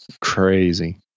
Crazy